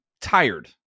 tired